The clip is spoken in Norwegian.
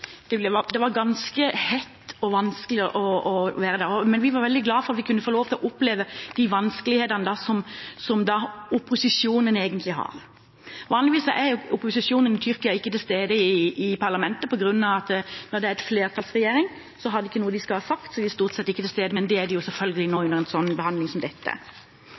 det ble det ikke. Det var ganske hett og vanskelig å være der. Men vi var veldig glad for at vi kunne få lov til å oppleve de vanskelighetene der som opposisjonen egentlig har. Vanligvis er ikke opposisjonen i Tyrkia til stede i parlamentet når det er en flertallsregjering. Da har de ikke noe de skal ha sagt, og de er stort sett ikke til stede, men det er de selvfølgelig nå under en behandling som dette.